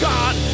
God